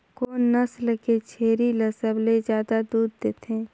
कोन नस्ल के छेरी ल सबले ज्यादा दूध देथे?